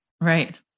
Right